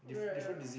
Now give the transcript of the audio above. right right